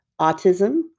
autism